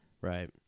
Right